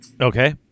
Okay